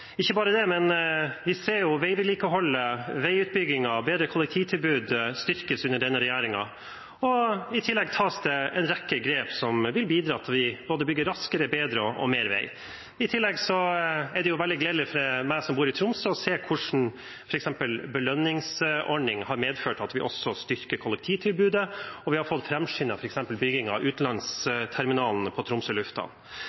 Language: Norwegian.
Ikke bare det: Vi ser at veivedlikeholdet, veiutbyggingen og kollektivtilbudet styrkes under denne regjeringen. I tillegg tas det en rekke grep som vil bidra til at vi bygger både raskere og bedre og mer vei. I tillegg er det veldig gledelig for meg som bor i Tromsø, å se hvordan f.eks. belønningsordningen har medført at vi også styrker kollektivtilbudet, og vi har fått framskyndet f.eks. byggingen av